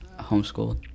Homeschooled